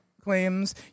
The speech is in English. claims